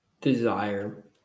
desire